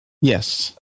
Yes